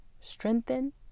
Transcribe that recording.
Strengthen